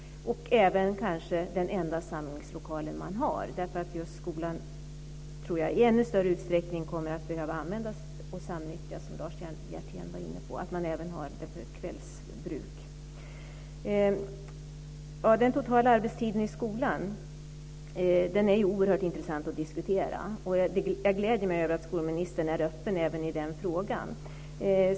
Man blir också kanske av med den enda samlingslokal man har. Jag tror nämligen att skolan i ännu större utsträckning kommer att behöva användas och samnyttjas, som Lars Hjertén var inne på, även för kvällsbruk. Den totala arbetstiden i skolan är oerhört intressant att diskutera. Jag gläder mig över att skolministern är öppen även i den frågan.